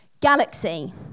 Galaxy